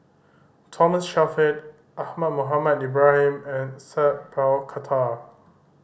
Thomas Shelford Ahmad Mohamed Ibrahim and Sat Pal Khattar